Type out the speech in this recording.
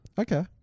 Okay